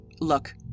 Look